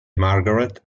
margaret